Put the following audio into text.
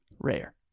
rare